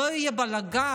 לא יהיה בלגן,